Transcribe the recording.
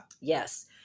Yes